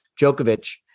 Djokovic